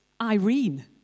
Irene